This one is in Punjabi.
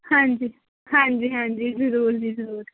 ਹਾਂਜੀ ਹਾਂਜੀ ਹਾਂਜੀ ਜ਼ਰੂਰ ਜੀ ਜ਼ਰੂਰ